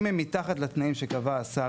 אם הן מתחת לתנאים שקבע השר,